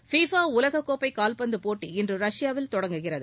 FIFA உலகக்கோப்பை கால்பந்து போட்டி இன்று ரஷ்யாவில் தொடங்குகிறது